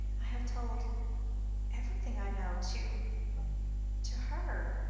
i have told everything i know to to her,